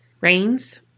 rains